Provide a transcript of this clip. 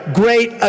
great